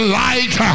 light